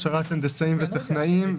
הכשרת הנדסאים וטכנאים,